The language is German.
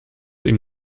ihm